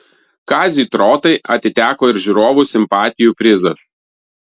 kaziui trotai atiteko ir žiūrovų simpatijų prizas